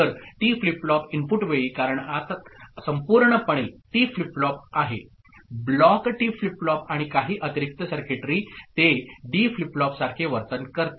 तर T flip flop input वेळी कारण आत संपूर्णपणे टी फ्लिप फ्लॉप आहे ब्लॉक टी फ्लिप फ्लॉप आणि काही अतिरिक्त सर्किटरी ते डी फ्लिप फ्लॉपसारखे वर्तन करते